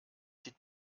sieht